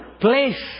place